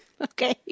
Okay